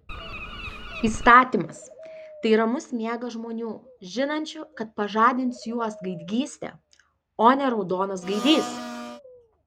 įstatymas tai ramus miegas žmonių žinančių kad pažadins juos gaidgystė o ne raudonas gaidys